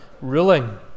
ruling